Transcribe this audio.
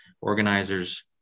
organizers